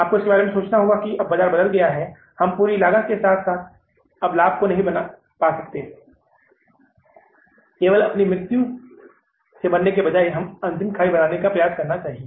आपको इस बारे में सोचना होगा कि अब बाजार बदल गया है हम पूरी लागत के साथ साथ अब लाभ भी नहीं पा सकते हैं केवल अपनी मृत्यु से मरने के बजाय हमें अंतिम खाई बनाने का प्रयास करना चाहिए